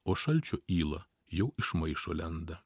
o šalčių yla jau iš maišo lenda